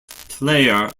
player